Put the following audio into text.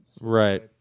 Right